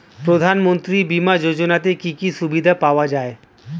প্রধানমন্ত্রী বিমা যোজনাতে কি কি সুবিধা পাওয়া যায়?